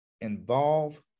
involve